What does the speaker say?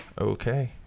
Okay